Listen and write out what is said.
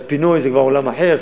אז פינוי זה כבר עולם אחר,